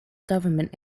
government